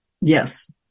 Yes